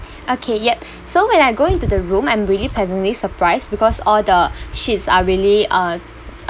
okay yup so when I go into the room I'm really pleasantly surprised because all the sheets are really uh